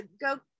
Go